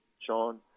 Sean